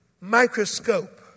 microscope